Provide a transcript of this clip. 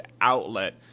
outlet